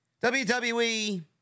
WWE